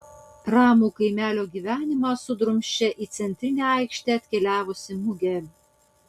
ramų kaimelio gyvenimą sudrumsčia į centrinę aikštę atkeliavusi mugė